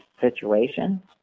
situation